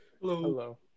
Hello